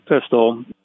pistol